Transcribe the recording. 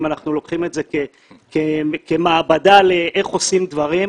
אם אנחנו לוקחים את זה כמעבדה לאיך עושים דברים,